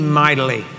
mightily